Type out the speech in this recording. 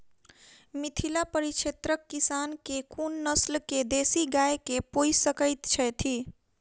मिथिला परिक्षेत्रक किसान केँ कुन नस्ल केँ देसी गाय केँ पोइस सकैत छैथि?